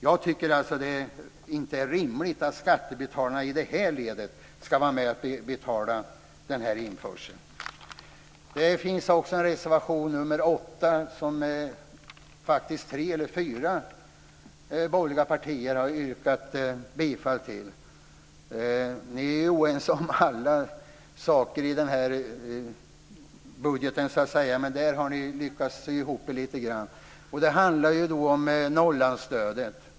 Jag tycker inte att det är rimligt att skattebetalarna i det här ledet ska vara med och betala införseln. Det finns också en reservation 8 som faktiskt tre eller fyra borgerliga partier har yrkat bifall till. Ni är oense om alla saker i budgeten men här har ni lyckats sy ihop er lite grann. Det handlar om Norrlandsstödet.